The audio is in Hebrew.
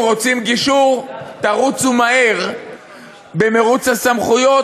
אם רוצים גישור, תרוצו מהר במירוץ הסמכויות,